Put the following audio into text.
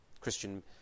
Christian